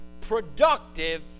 productive